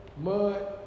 mud